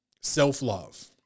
self-love